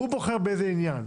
הוא בוחר באיזה עניין.